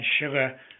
sugar